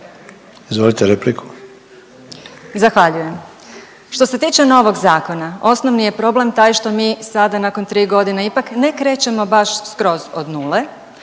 prezimenom)** Zahvaljujem. Što se tiče novog zakona osnovni je problem taj što mi sada nakon tri godine ipak ne krećemo baš skroz od nule